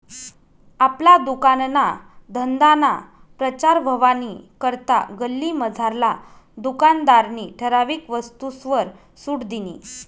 आपला दुकानना धंदाना प्रचार व्हवानी करता गल्लीमझारला दुकानदारनी ठराविक वस्तूसवर सुट दिनी